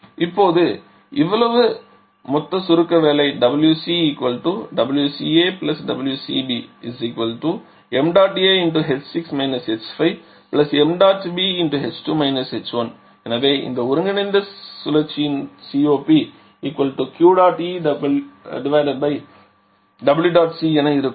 இப்போது எவ்வளவு மொத்த சுருக்க வேலை WCWCAWCB mAh6 h5mBh2 h1 எனவேஇந்த ஒருங்கிணைந்த சுழற்சியின் COP என இருக்கும்